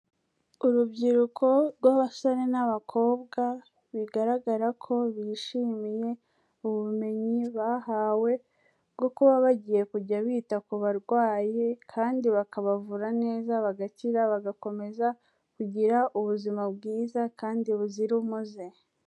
Urubyiruko rw'abasore n'abakobwa bigaragara ko bishimiye ubumenyi bahawe bwo kuba bagiye kujya bita ku barwayi kandi bakabavura neza bagakira, bagakomeza kugira ubuzima bwiza kandi buzira umuze.